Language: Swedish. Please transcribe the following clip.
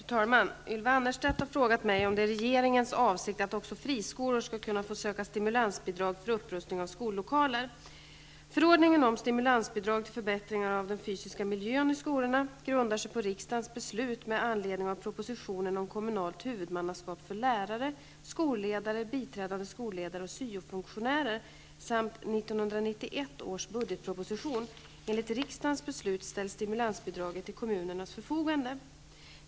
Fru talman! Ylva Annerstedt har frågat mig om det är regeringens avsikt att också friskolor skall få söka stimulansbidrag för upprustning av skollokaler. Förordningen om stimulansbidrag till förbättringar av den fysiska miljön i skolorna grundar sig på riksdagens beslut med anledning av propositionen om kommunalt huvudmannaskap för lärare, skolledare, biträdande skolledare och syofunktionärer samt 1991 års budgetproposition. Enligt riksdagens beslut ställs stimulansbidraget till kommunernas förfogande.